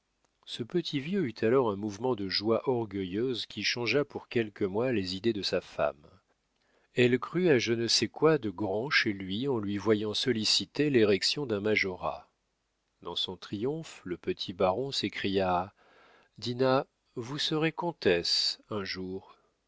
ce petit vieux eut alors un mouvement de joie orgueilleuse qui changea pour quelques mois les idées de sa femme elle crut à je ne sais quoi de grand chez lui en lui voyant solliciter l'érection d'un majorat dans son triomphe le petit baron s'écria dinah vous serez comtesse un jour